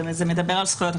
הוא מדבר על זכויות.